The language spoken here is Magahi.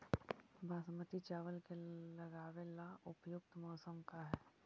बासमती चावल के लगावे ला उपयुक्त मौसम का है?